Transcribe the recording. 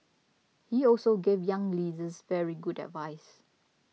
he also gave younger leaders very good advice